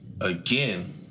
again